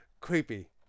creepy